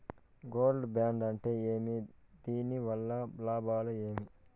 Gold bond అంటే ఏమి? దీని వల్ల లాభాలు ఏమి?